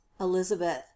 elizabeth